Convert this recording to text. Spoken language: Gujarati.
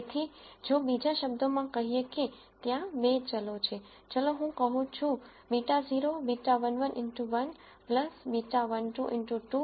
તેથી જો બીજા શબ્દોમાં કહીએ કે ત્યાં 2 છે ચલો હું કહું છું β0 β11 x1 β12 x2